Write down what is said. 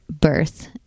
birth